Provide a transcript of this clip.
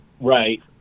Right